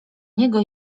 niego